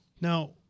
Now